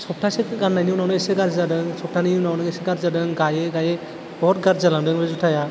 सप्तासे गाननायनि उनावनो एसे गारजि जादों सप्तानै उनावनो एसे गारजि जादों गायै गायै बहत गारजि जालांदों बे जुथाया